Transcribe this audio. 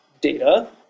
Data